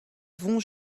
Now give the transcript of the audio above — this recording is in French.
vont